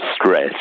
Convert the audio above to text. stress